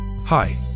hi